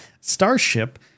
Starship